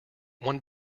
one